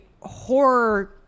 horror